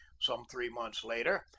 some three months later,